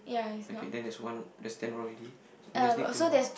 okay then there's one there's ten already we just need two more